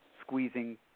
squeezing